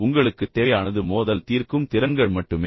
உங்களுக்குத் தேவையானது மோதல் தீர்க்கும் திறன்கள் மட்டுமே